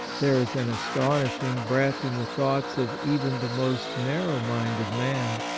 there is an astonishing breadth in the thoughts of even the most narrow-minded man.